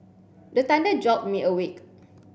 the thunder jolt me awake